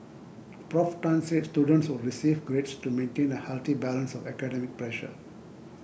Prof Tan said students would still receive grades to maintain a healthy balance of academic pressure